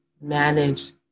manage